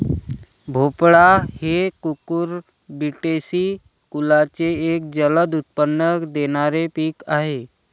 भोपळा हे कुकुरबिटेसी कुलाचे एक जलद उत्पन्न देणारे पीक आहे